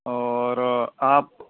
اور آپ